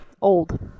Old